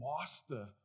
master